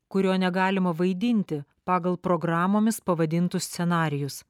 kurio negalima vaidinti pagal programomis pavadintus scenarijus